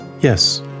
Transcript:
Yes